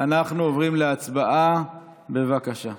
אנחנו עוברים להצבעה, בבקשה.